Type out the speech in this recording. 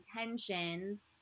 intentions